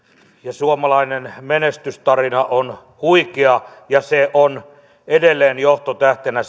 suomalainen menestystarina on huikea ja se ajatus on edelleen johtotähtenä